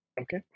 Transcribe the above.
Okay